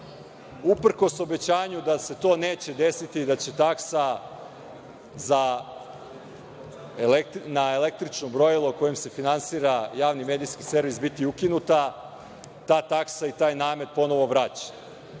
uprkos obećanju da se to neće desiti i da će taksa na električno brojilo kojom se finansira Javni medijski servis biti ukinuta, ta taksa i taj namet ponovo vraćen.